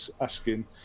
asking